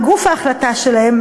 בגוף ההחלטה שלהם,